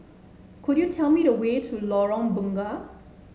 could you tell me the way to Lorong Bunga